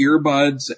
earbuds